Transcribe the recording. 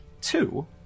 Two